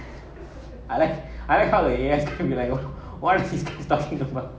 I like I kind of like you ask me like why is you talking about